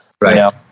Right